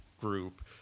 group